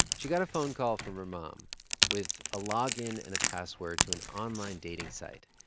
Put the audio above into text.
she got a phone call from her mom with a login and a password to an online dating site.